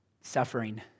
suffering